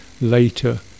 later